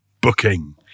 booking